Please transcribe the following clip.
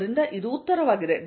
ಆದ್ದರಿಂದ ಇದು ಉತ್ತರವಾಗಿದೆ